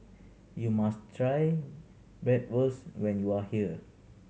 you must try Bratwurst when you are here